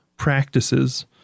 practices